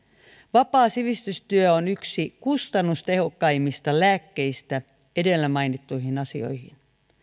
vapaa sivistystyö on yksi kustannustehokkaimmista lääkkeistä edellä mainittuihin asioihin